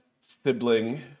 sibling